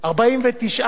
תקנות